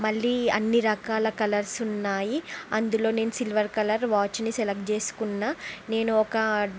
మళ్ళీ అన్ని రకాల కలర్స్ ఉన్నాయి అందులో నేను సిల్వర్ కలర్ వాచ్ని సెలెక్ట్ చేసుకున్నాను నేను ఒక